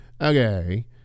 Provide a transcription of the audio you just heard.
Okay